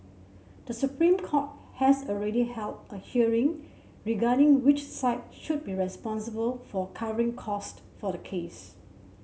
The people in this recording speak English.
the Supreme Court has already held a hearing regarding which side should be responsible for covering cost for the case